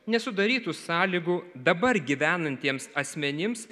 nesudarytų sąlygų dabar gyvenantiems asmenims